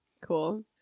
cool